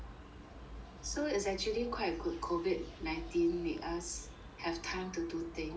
so it's actually quite good COVID nineteen make us have time to do things